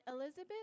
Elizabeth